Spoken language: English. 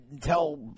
tell